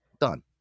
Done